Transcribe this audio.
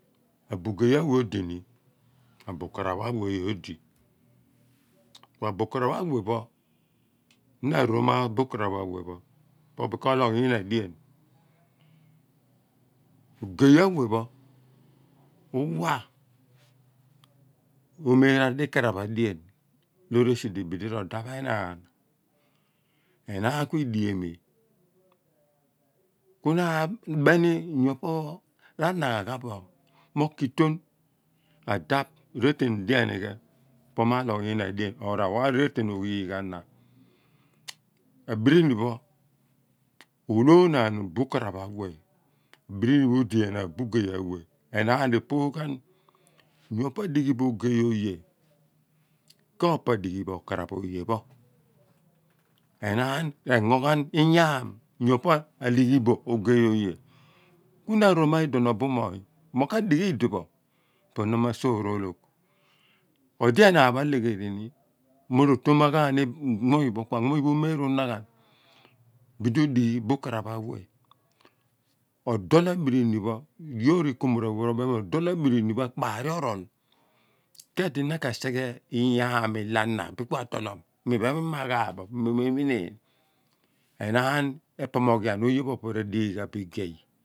Abugey awea odini abukara pu awea odini abukara ph awea pho na ro ma bukraph awe pho bidi koloogh ni yina clean bugey awea pho uwaa omera adi karaph adean loor esi di bidi rodaap enaan enaan kuichamion ku na abeni yo poor ranahabo̱ mokitone adap reatan dienighe pho ma loogh ina dien or rawa̱ retain oghiigh a̱ na̱ abribipho oloonaan moon bujaraph awe pho abrini pho odea naan nugey a wea pho enaan repoo ghan oye pho po adighi bo ogey oye kopo adighi bo okaraph oye pho enaan rengo ghan inyaan yopo a dighi bo ogey yo̱ ye pho ku̱na aroma̱ iduon obu moong nio ka dighi idipho po na ma sour oloogh odi enaan pho alegheriini nio ro to naghani moony pho kua bichi unaghan bidi odighi bukaraph awe̱a adol abrini yoor ikumorawe robeen ghan ma doul abrinipho ekpari orool kedina ka sighe inyaam a na kua to loo̱m iphen mia ghap bo me minean enaan epo moghian oye pho opo pho radighabo igey pho.